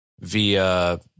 via